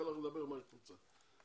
כמה יש ברשימות?